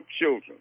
children